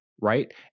right